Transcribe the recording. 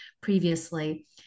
previously